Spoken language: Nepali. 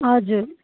हजुर